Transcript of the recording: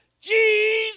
Jesus